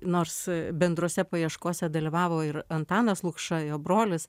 nors bendrose paieškose dalyvavo ir antanas lukša jo brolis